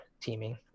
teaming